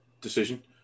decision